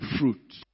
fruit